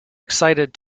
excited